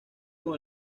con